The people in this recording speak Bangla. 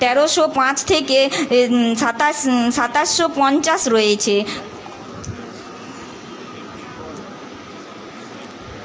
তেরোশো পাঁচ থেকে এ সাতাশ সাতাশশো পঞ্চাশ রয়েছে